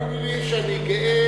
תאמיני לי שאני גאה